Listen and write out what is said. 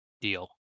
deal